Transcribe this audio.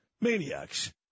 maniacs